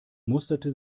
musterte